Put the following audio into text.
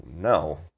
no